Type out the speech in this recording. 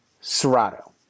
Serato